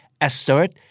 Assert